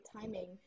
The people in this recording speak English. timing